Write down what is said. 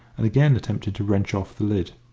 and again attempted to wrench off the lid.